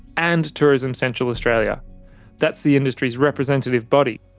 and tourism central australia that's the industry's representative body.